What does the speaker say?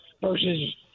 versus